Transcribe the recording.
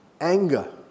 Anger